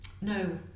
No